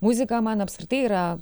muzika man apskritai yra